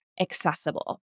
accessible